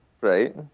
Right